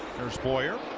there is boyer.